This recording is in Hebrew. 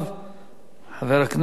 חבר הכנסת אחמד טיבי.